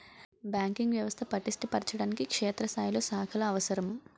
banking వ్యవస్థ పటిష్ట పరచడానికి క్షేత్రస్థాయిలో శాఖలు అవసరం